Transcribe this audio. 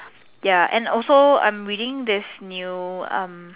ya and also I'm reading this new um